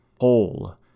whole